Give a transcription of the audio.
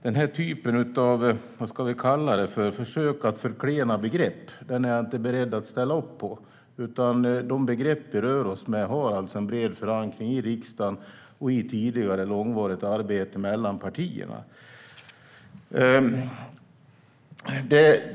Den här typen av försök att förklena begrepp är jag inte beredd att ställa upp på. De begrepp vi rör oss med har en bred förankring i riksdagen och i tidigare långvarigt arbete mellan partierna.